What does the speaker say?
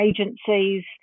agencies